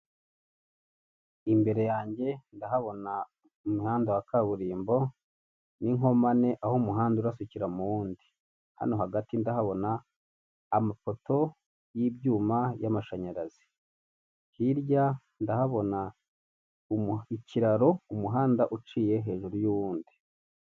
Imbere yange ndahabona umuhanda wa kaburimbo w'inkomane aho umuhanda urasukira mu wundi, hano hagati ndahabona amapoto y'ibyuma by'amashanyarazi, hirya ndahabona ikiraro, umuhanda uciye hejuru y'uwundi.